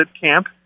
camp